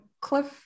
Cliff